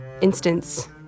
instance